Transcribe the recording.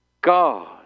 God